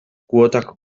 kuotak